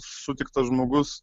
sutiktas žmogus